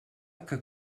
que